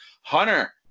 Hunter